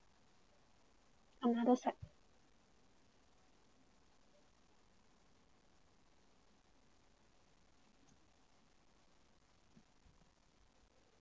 another set